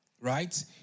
Right